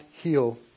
heal